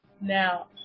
Now